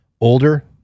older